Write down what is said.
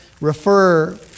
refer